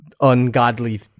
ungodly